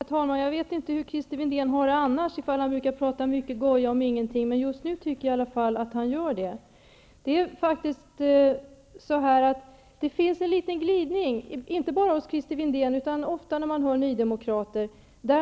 Herr talman! Jag vet inte om Christer Windén annars brukar prata mycket goja om ingenting, men just nu tycker jag att han gör det. Det finns en liten glidning inte bara hos Christer Windén utan ofta när man hör nydemokrater.